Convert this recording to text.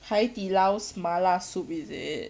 haidilao's mala soup is it